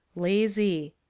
lazy.